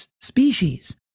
species